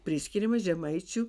priskiriama žemaičių